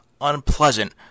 unpleasant